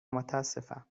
متاسفم